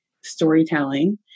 storytelling